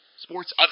Sports